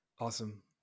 Awesome